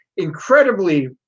incredibly